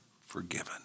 forgiven